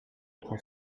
trois